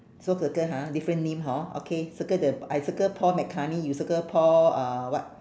so circle ha different name hor okay circle the I circle paul mccartney you circle paul uh what